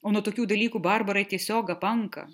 o nuo tokių dalykų barbarai tiesiog apanka